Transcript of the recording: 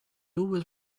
always